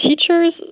teachers